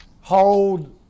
Hold